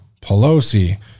Pelosi